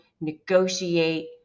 negotiate